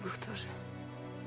natasha?